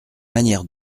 manière